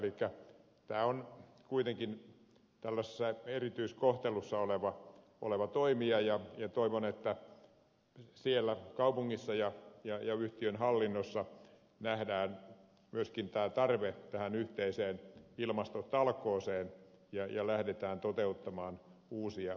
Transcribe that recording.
elikkä tämä on kuitenkin tällaisessa erityiskohteluissa oleva toimija ja toivon että siellä kaupungissa ja yhtiön hallinnossa nähdään myöskin tämä tarve yhteisiin ilmastotalkoisiin ja lähdetään toteuttamaan uusia hankkeita